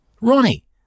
Ronnie